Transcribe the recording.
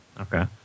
okay